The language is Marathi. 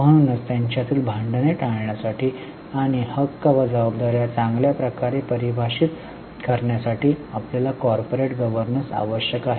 म्हणूनच त्यांच्यातील भांडणे टाळण्यासाठी आणि हक्क व जबाबदाऱ्या चांगल्या प्रकारे परिभाषित करण्यासाठी आपल्याला कॉर्पोरेट गव्हर्नन्स आवश्यक आहे